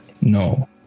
No